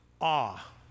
awe